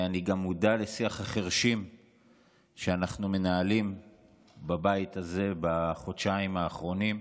אני גם מודע לשיח החירשים שאנחנו מנהלים בבית הזה בחודשיים האחרונים.